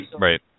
Right